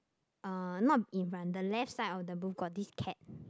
uh not in front the left side of the booth got this cat